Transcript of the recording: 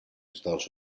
estados